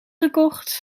gekocht